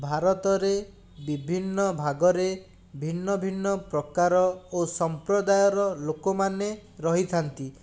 ଭାରତରେ ବିଭିନ୍ନ ଭାଗରେ ଭିନ୍ନ ଭିନ୍ନ ପ୍ରକାର ଓ ସମ୍ପ୍ରଦାୟର ଲୋକମାନେ ରହିଥାନ୍ତି